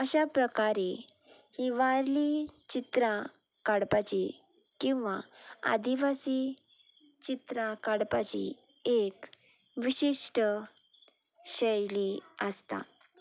अश्या प्रकारान हीं वारलीं चित्रां काडपाची किंवां आदिवासी चित्रां काडपाची एक विशिश्ट शैली आसता